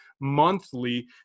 monthly